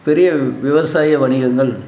பெரிய விவசாய வணிகங்கள்